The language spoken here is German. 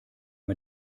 man